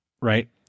Right